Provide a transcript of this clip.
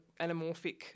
anamorphic